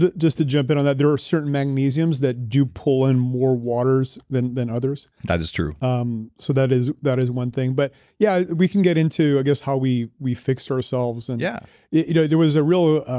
just to jump in on that, there are certain magnesiums that do pull in more waters than than others that is true um so that is that is one thing. but yeah. we can get into i guess how we we fix ourselves. and yeah yeah you know there was a real